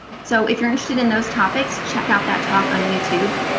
so if you're interested in those topics, check out that talk on youtube.